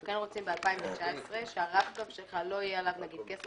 אנחנו כן רוצים שבשנת 2019 הרב-קו שלך לא יהיה עליו כסף,